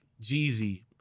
Jeezy